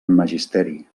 magisteri